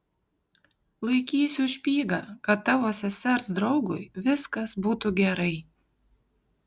laikysiu špygą kad tavo sesers draugui viskas būtų gerai